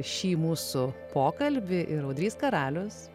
šį mūsų pokalbį ir audrys karalius